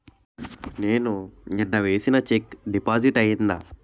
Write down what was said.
నేను నిన్న వేసిన చెక్ డిపాజిట్ అయిందా?